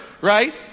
right